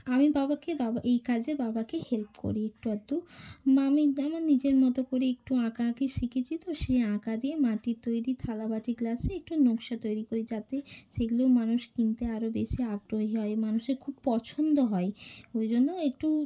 আমি বাবাকে বাবা এই কাজে বাবাকে হেল্প করি একটু আধটু আমি আমার নিজের মতো করে একটু আঁকা আঁকি শিখেছি তো সেই আঁকা দিয়ে মাটির তৈরি থালা বাটি গ্লাসে একটু নকশা তৈরি করি যাতে সেগুলো মানুষ কিনতে আরও বেশি আগ্রহী হয় মানুষের খুব পছন্দ হয় ওই জন্য একটু